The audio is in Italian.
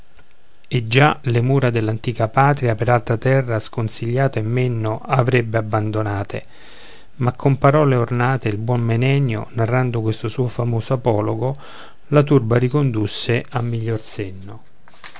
e già le mura dell'antica patria per altra terra sconsigliato e menno avrebbe abbandonate ma con parole ornate il buon menenio narrando questo suo famoso apologo la turba ricondusse a miglior senno